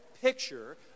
picture